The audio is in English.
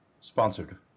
Sponsored